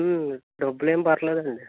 డబ్బులు ఏమి పర్లేదండి